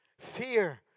fear